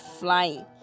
flying